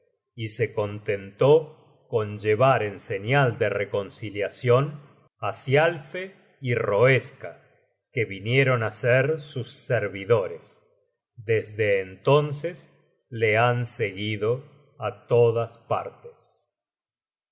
y se contentó con llevar en señal de reconciliacion á thialfe y iloeska que vinieron á ser sus servidores desde entonces le han seguido á todas partes